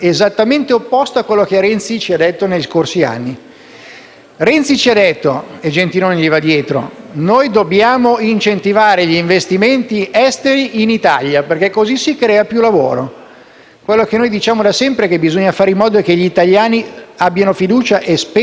Renzi ci ha detto - e Gentiloni Silveri gli va dietro - che dobbiamo incentivare gli investimenti esteri in Italia perché così si crea più lavoro. Noi diciamo da sempre che bisogna fare in modo che gli italiani abbiano fiducia e spendano le proprie risorse in Italia, che le famiglie